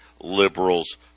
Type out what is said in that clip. liberals